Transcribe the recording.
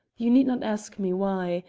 you need not ask me why.